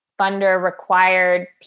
funder-required